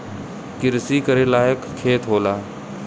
किरसी करे लायक खेत होला